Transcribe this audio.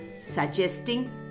suggesting